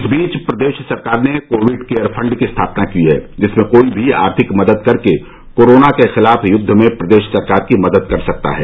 इस बीच प्रदेश सरकार ने कोविड केयर फंड की स्थापना की है जिसमें कोई भी आर्थिक मदद करके कोरोना के खिलाफ यूद्ध में प्रदेश सरकार की मदद कर सकता है